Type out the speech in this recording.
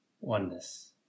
oneness